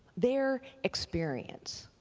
their experience.